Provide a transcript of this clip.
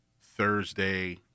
Thursday